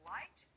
Light